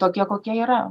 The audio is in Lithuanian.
tokie kokie yra